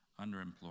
underemployed